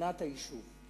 מבחינת היישוב.